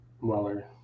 Weller